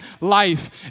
life